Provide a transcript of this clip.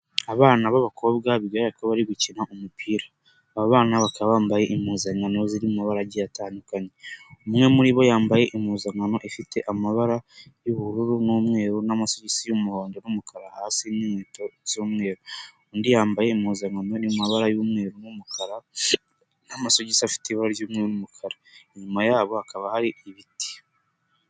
Abana b'abakobwa bigaragara ko bari gukina umupira, aba bana bakaba bambaye impuzankano zirimobaragi atandukanye, umwe muri bo yambaye impuzankano ifite amabara y'ubururu n'umweru n'amagisi y'umuhondo n'umukara hasi n'inkweto z'umweru, undi yambaye impuzankanno y'amabara y'umweru n'umukara n'amagisi afite ibara ry'umukara, inyuma yabo hakaba hari ibiti.